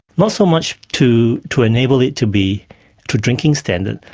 not so much to to enable it to be to drinking standard,